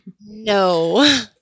No